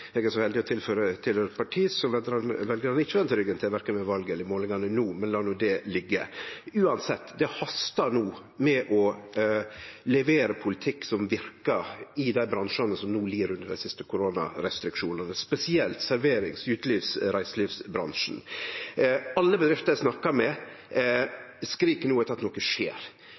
Eg er så heldig å tilhøyre eit parti som veljarane ikkje vende ryggen til, verken ved valet eller i målingane no, men la no det liggje. Uansett, det hastar med å levere politikk som verkar i dei bransjane som no lir under dei siste koronarestriksjonane, spesielt serverings-, utelivs- og reiselivsbransjen. Alle bedrifter eg har snakka med, skrik no etter at noko